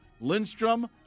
Lindstrom